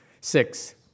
Six